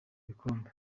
ibikombe